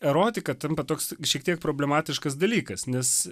erotika tampa toks šiek tiek problematiškas dalykas nes